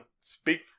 speak